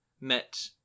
met